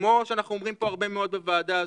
כמו שאנחנו אומרים פה בוועדה הזאת,